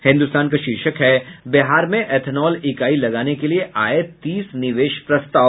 हिन्दुस्तान का शीर्षक है बिहार में इथेनॉल इकाई लगाने के लिए आए तीस निवेश प्रस्ताव